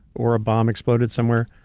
or a bomb exploded somewhere.